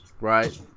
Right